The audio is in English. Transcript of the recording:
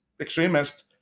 extremists